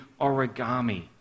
origami